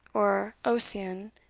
or ossian,